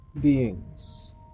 beings